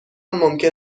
ممکن